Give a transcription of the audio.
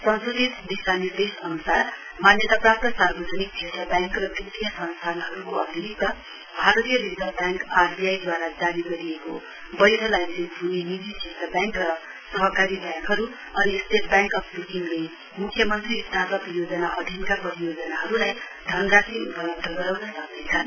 संशोधित दिर्शानिर्देश अन्सार मान्यता प्राप्त सार्वजनिक क्षेत्र व्याङ्क र वितीय संस्थानहरूको अतिरिक्त भारतीय रिर्जव व्याङ्क आरबीआईद्वारा जारी गरिएको बैध लाइसेन्स हुने निजी क्षेत्र व्याङ्क र सहकारी व्याङ्कहरू अनि स्टेट व्याङ्क अफ् सिक्किमले म्ख्यमन्त्री स्टार्ट अप योजना अधिनका परियोजनाहरूलाई धनराशि उपलब्ध गराउन सक्नेछन्